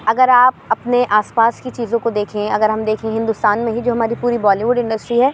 اگر آپ اپنے آس پاس کی چیزوں کو دیکھیں اگر ہم دیکھیں ہندوستان میں ہی جو ہماری پوری بالی ووڈ انڈسٹری ہے